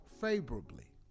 favorably